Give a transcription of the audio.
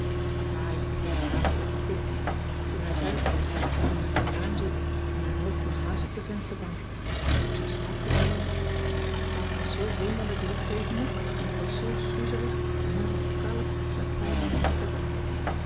pa heeft me gisteravond opgepikt toen hij thuiskwam zag hij mij voor t raam zitten en mijn hoofd lag haast op de vensterbank ik was in slaap geduikeld pa was zoo wonderlijk lief tegen me en ik was zoo soezerig en heelemaal koud met pijn in mijn nek erbij